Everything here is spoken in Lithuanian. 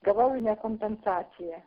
gavau ne kompensaciją